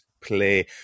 play